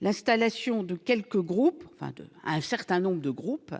L'installation d'un certain nombre de groupes